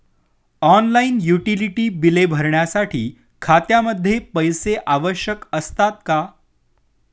Online utility बिले भरण्यासाठी खात्यामध्ये पैसे आवश्यक असतात का?